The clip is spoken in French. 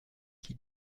qui